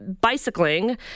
bicycling